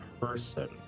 person